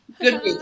Good